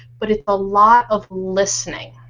but its a lot of listening.